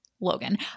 Logan